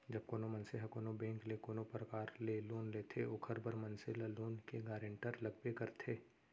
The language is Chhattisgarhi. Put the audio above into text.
जब कोनो मनसे ह कोनो बेंक ले कोनो परकार ले लोन लेथे ओखर बर मनसे ल लोन के गारेंटर लगबे करथे